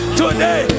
today